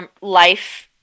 life